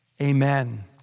Amen